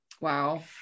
wow